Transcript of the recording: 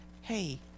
hey